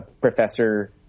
professor